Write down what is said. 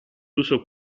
uso